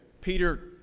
Peter